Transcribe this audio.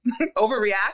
overreact